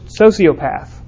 sociopath